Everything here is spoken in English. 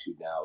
now